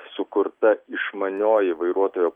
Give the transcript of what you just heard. sukurta išmanioji vairuotojo